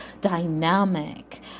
dynamic